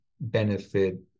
benefit